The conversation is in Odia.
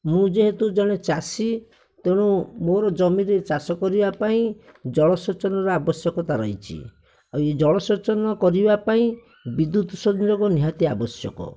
ମୁଁ ଯେହେତୁ ଜଣେ ଚାଷୀ ତେଣୁ ମୋର ଜମିରେ ଚାଷ କରିବା ପାଇଁ ଜଳସେଚନର ଆବଶ୍ୟକତା ରହିଛି ଆଉ ଏହି ଜଳସେଚନ କରିବା ପାଇଁ ବିଦ୍ୟୁତ ସଂଯୋଗ ନିହାତି ଆବଶ୍ୟକ